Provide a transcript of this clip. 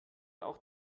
auch